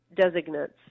designates